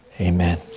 Amen